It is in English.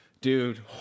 Dude